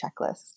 checklist